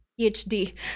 phd